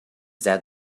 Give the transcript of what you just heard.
that